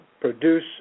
produce